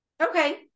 okay